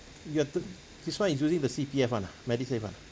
ya th~ this one is using the C_P_F [one] ah medisave [one] ah